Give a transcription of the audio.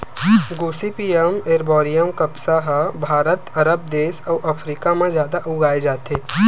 Gossypium arboreum कपसा ह Bharat, Arab देस अउ अफ्रीका म जादा उगाए जाथे